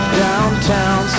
downtown